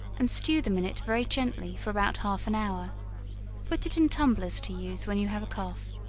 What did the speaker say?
and stew them in it very gently for about half an hour put it in tumblers to use when you have a cough.